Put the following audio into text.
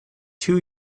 two